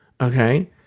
Okay